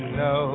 no